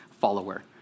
follower